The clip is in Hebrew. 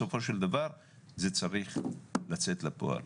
בסופו של דבר זה צריך לצאת לפועל,